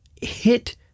hit